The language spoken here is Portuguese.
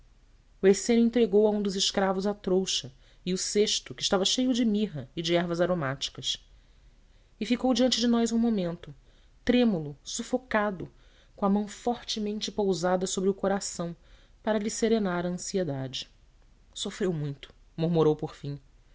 essênio entregou a um dos escravos a trouxa e o cesto que estava cheio de mirra e de ervas aromáticas e ficou diante de nós um momento trêmulo sufocado com a mão fortemente pousada sobre o coração para lhe serenar a ansiedade sofreu muito murmurou por fim